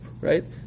right